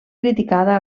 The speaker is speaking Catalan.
criticada